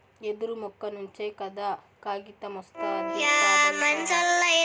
యెదురు మొక్క నుంచే కదా కాగితమొస్తాది కాదంటావేంది